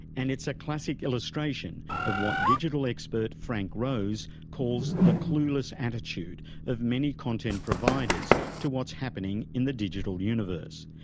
and it's a classic illustration of what digital expert frank rose calls the clueless attitude of many content providers to what's happening in the digital universe.